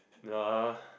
no